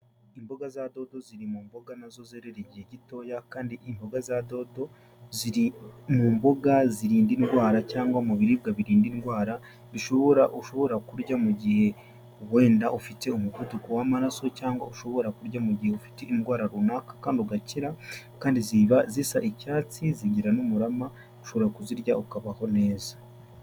Imboga za dodo ziri mu mboga nazo zerera igihe gitoya, kandi imboga za dodo ziri mu mboga zirinda indwara cyangwa mu biribwa birinda indwara, ushobora kurya mu gihe wenda ufite umuvuduko w'amaraso cyangwa ushobora kurya mu gihe ufite indwara runaka kandi ugakira, kandi ziba zisa icyatsi, zigira n'umurama ushobora kuzirya ukabaho neza.